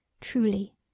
truly